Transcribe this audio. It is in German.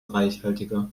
reichhaltiger